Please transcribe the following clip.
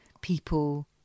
people